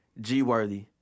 G-Worthy